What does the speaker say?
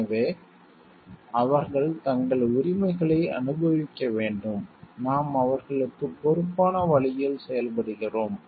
எனவே அவர்கள் தங்கள் உரிமைகளை அனுபவிக்க வேண்டும் நாம் அவர்களுக்கு பொறுப்பான வழியில் செயல்படுகிறோம்